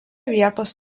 vietos